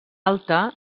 alta